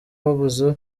wabuze